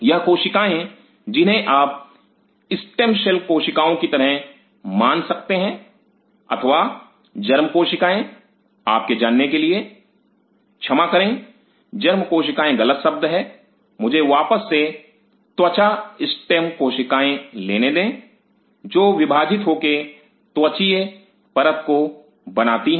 यह कोशिकाएं जिन्हें आप स्टेम कोशिकाओं की तरह मान सकते हैं अथवा जर्म कोशिकाएँ आपके जानने के लिए छमा करें जर्म कोशिकाएँ ग़लत शब्द है मुझे वापस से त्वचा स्टेम कोशिकाएँ लेने दें जो विभाजित हो के त्वचीय परत को बनाती है